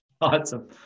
Awesome